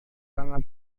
sangat